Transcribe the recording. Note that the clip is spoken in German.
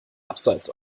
abseits